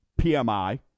PMI